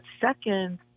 second